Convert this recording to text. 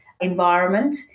environment